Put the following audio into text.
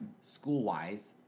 school-wise